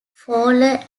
fowler